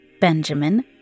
Benjamin